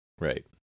Right